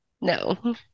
No